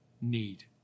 need